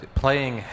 playing